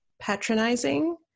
patronizing